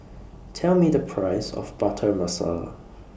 Tell Me The Price of Butter Masala